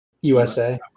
USA